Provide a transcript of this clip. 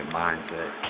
mindset